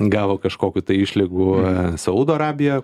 gavo kažkokių tai išlygų saudo arabija